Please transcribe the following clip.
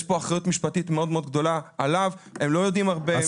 יש עליו אחריות משפטית מאוד מאוד גדולה והם לא יודעים הרבה.